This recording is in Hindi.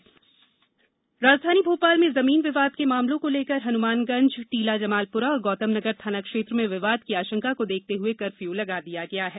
भोपाल कर्फ्यू राजधानी भोपाल में जमीन विवाद के मामलों को लेकर हनुमानगंज टीलाजमालपुरा और गौतमनगर थाना क्षेत्र में विवाद की आशंका को देखते हुए कर्फ्यू लगा दिया गया है